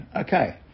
okay